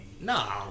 No